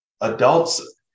adults